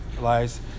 lies